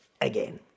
again